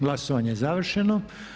Glasovanje je završeno.